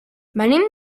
venim